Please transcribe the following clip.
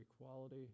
equality